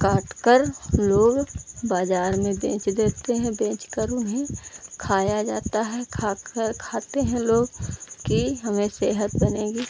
काटकर लोग बाज़ार में बेच लेते हैं बेचकर उन्हें भी खाया जाता है खाकर खाते हैं लोग कि हमें सेहत बनेगी